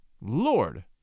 Lord